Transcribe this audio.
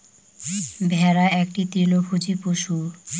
ভেড়া একটি তৃণভোজী পশু